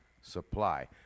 supply